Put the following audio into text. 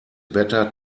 better